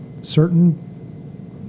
Certain